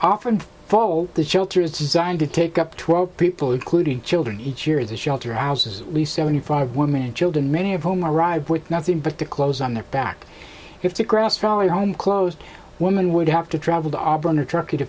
often follow the children designed to take up twelve people including children each year in the shelter ows is at least seventy five women and children many of whom arrive with nothing but the clothes on their back if the grass valley home closed woman would have to travel to auburn or turkey to